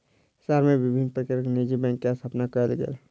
शहर मे विभिन्न प्रकारक निजी बैंक के स्थापना कयल गेल